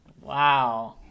Wow